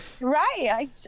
Right